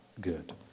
good